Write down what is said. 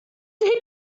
sie